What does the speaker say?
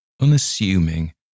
unassuming